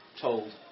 told